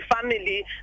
family